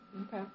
Okay